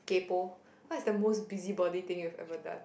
kaypoh what is the most busybody thing you've ever done